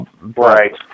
Right